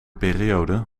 periode